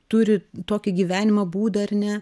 turi tokį gyvenimo būdą ar ne